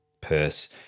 purse